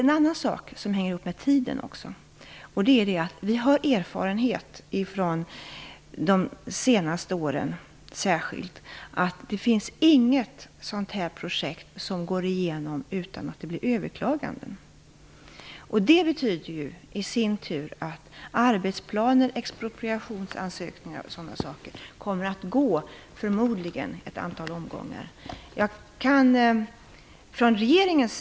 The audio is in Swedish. En annan sak som hänger ihop med tiden är våra erfarenheter, särskilt från de senaste åren, att det inte finns något sådant här projekt som går igenom utan överklaganden. Det betyder i sin tur att arbetsplaner, expropriationsansökningar och sådana saker förmodligen kommer att gås igenom ett antal omgångar.